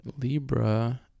Libra